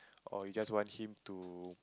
or you just want him to